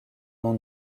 non